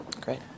Great